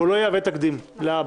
הוא לא יהווה תקדים להבא.